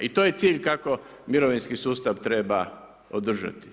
I to je cilj kako mirovinski sustav treba održati.